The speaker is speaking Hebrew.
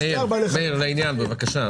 השרה עושה בשביל הגנת הסביבה,